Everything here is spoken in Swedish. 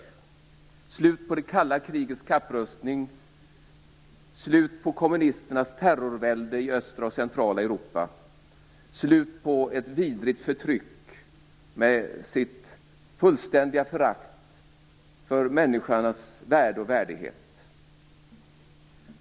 Det blev slut på det kalla krigets kapprustning och slut på kommunisternas terrorvälde i östra och centrala Europa. Det blev slut på ett vidrigt förtryck med ett fullständigt förakt för människornas värde och värdighet.